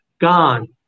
gone